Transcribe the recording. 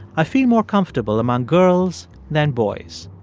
i feel more comfortable among girls than boys.